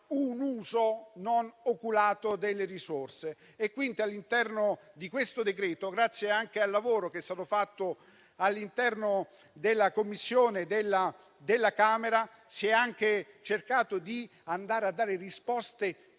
un uso non oculato delle risorse, quindi all'interno di questo decreto, grazie anche al lavoro svolto all'interno della Commissione della Camera, si è cercato di dare risposte